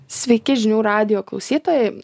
sveiki žinių radijo klausytojai